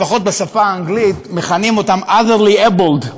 לפחות בשפה האנגלית מכנים אותם otherly abled,